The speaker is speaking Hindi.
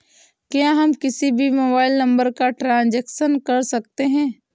क्या हम किसी भी मोबाइल नंबर का ट्रांजेक्शन कर सकते हैं?